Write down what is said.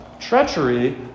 treachery